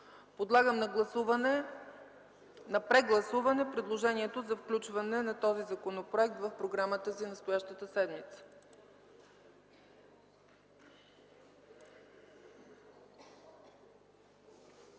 Подлагам на прегласуване предложението за включване на този законопроект в програмата за настоящата седмица.